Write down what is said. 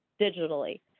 digitally